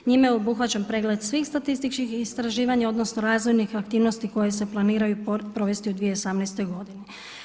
Njime je obuhvaćen pregled svih statističkih istraživanja, odnosno razvojnih aktivnosti koje se planiraju provesti u 2018. godini.